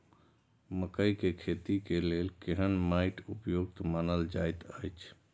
मकैय के खेती के लेल केहन मैट उपयुक्त मानल जाति अछि?